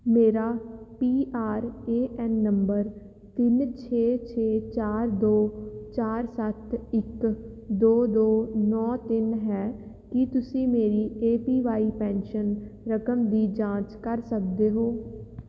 ਮੇਰਾ P R A N number ਤਿੰਨ ਛੇ ਛੇ ਚਾਰ ਦੋ ਚਾਰ ਸੱਤ ਇੱਕ ਦੋ ਦੋ ਨੌਂ ਤਿੰਨ ਹੈ ਕੀ ਤੁਸੀਂ ਮੇਰੀ ਏ ਪੀ ਵਾਈ ਪੈਨਸ਼ਨ ਰਕਮ ਦੀ ਜਾਂਚ ਕਰ ਸਕਦੇ ਹੋ